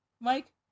Mike